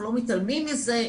אנחנו לא מתעלמים מזה,